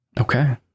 Okay